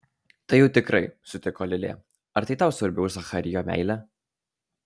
tai jau tikrai sutiko lilė ar tai tau svarbiau už zacharijo meilę